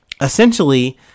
essentially